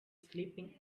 sleeping